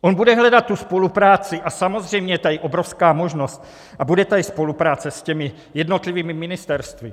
On bude hledat tu spolupráci a samozřejmě je tady obrovská možnost a bude tady spolupráce s jednotlivými ministerstvy.